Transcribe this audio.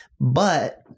But-